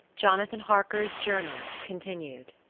jonathan harker's journal continued